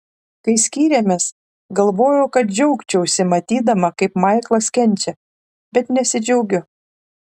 kai skyrėmės galvojau kad džiaugčiausi matydama kaip maiklas kenčia bet nesidžiaugiu